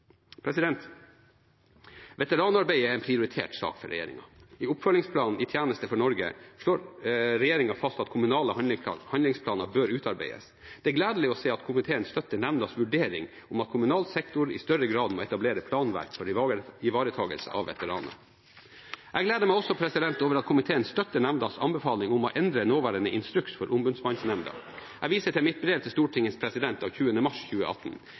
Veteranarbeidet er en prioritert sak for regjeringen. I oppfølgingsplanen I tjeneste for Norge slår regjeringen fast at kommunale handlingsplaner bør utarbeides. Det er gledelig å se at komiteen støtter nemndas vurdering om at kommunal sektor i større grad må etablere planverk for ivaretakelse av veteraner. Jeg gleder meg også over at komiteen støtter nemndas anbefaling om å endre nåværende instruks for Ombudsmannsnemnden. Jeg viser til mitt brev til Stortingets president av 20. mars 2018.